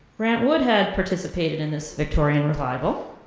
grant wood had participated in this victorian revival.